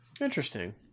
Interesting